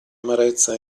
amarezza